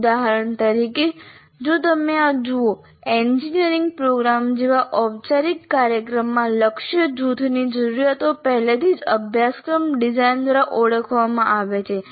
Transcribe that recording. ઉદાહરણ તરીકે જો તમે આ જુઓ એન્જિનિયરિંગ પ્રોગ્રામ જેવા ઔપચારિક કાર્યક્રમમાં લક્ષ્ય જૂથની જરૂરિયાતો પહેલેથી જ અભ્યાસક્રમ ડિઝાઇન દ્વારા ઓળખવામાં આવે છે